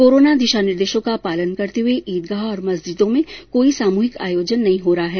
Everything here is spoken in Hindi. कोरोना दिशा निर्देशो का पालन करते हुए ईदगाह और मस्जिदों में कोई सामूहिक आयोजन नहीं हो रहा है